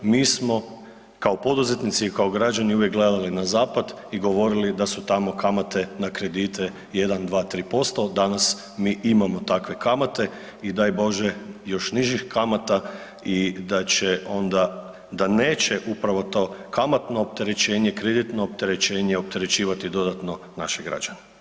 Mi smo kao poduzetnici i kao građani uvijek gledali na zapad i govorili da su tamo kamate na kredite 1, 2, 3%, danas mi imamo takve kamate i daj Bože još nižih kamata i da će onda, da neće upravo to kamatno opterećenje, kreditno opterećenje opterećivati dodatno naše građane.